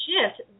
shift